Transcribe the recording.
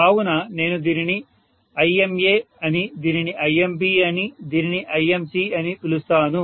కావున నేను దీనిని Ima అని దీనిని Imb అని దీనిని Imc అని పిలుస్తాను